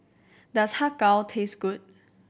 does Har Kow taste good